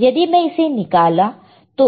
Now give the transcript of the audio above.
यदि मैं इसे निकालो तो